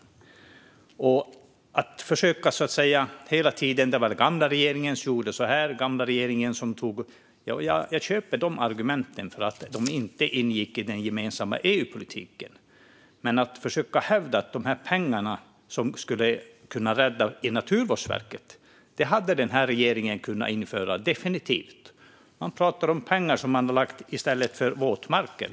Att hela tiden försöka säga att det var den gamla regeringen som gjorde si eller så är argument som jag köper - detta ingick inte i den gemensamma EU-politiken. Men pengar till Naturvårdsverket som hade kunnat rädda detta hade regeringen definitivt kunnat införa. Man pratar i stället om pengar som man anslagit för våtmarker.